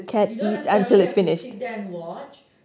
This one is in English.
you don't have to necessarily sit there and watch